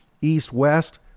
East-West